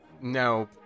No